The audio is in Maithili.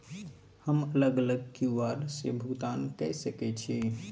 हम अलग अलग क्यू.आर से भुगतान कय सके छि?